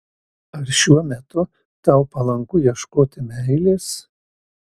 ar šiuo metu tau palanku ieškoti meilės